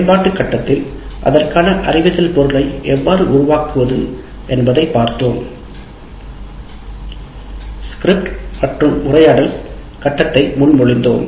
மேம்பாட்டு கட்டத்தில் அதற்கான வழிமுறைகளை எவ்வாறு உருவாக்குவது என்பதைப் பார்த்தோம் 'ஸ்கிரிப்ட் மற்றும் உரையாடல்' கட்டத்தை முன்மொழிந்தோம்